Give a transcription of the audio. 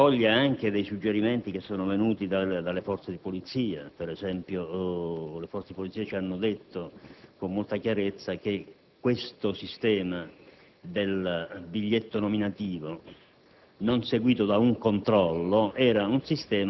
lo rende un po' più razionale e accoglie anche suggerimenti venuti dalle Forze di polizia. Per esempio le Forze di polizia ci hanno detto con molta chiarezza che questo sistema del biglietto nominativo,